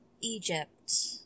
Egypt